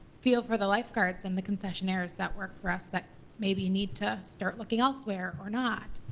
feel for the lifeguards and the concessionaires that work for us that maybe need to start looking elsewhere, or not.